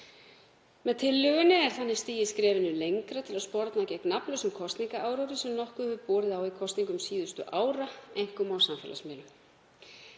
Með tillögunni er þannig stigið skrefinu lengra til að sporna gegn nafnlausum kosningaáróðri sem nokkuð hefur borið á í kosningum síðustu ára, einkum á samfélagsmiðlum.